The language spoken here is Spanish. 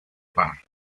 par